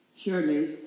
Surely